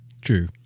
True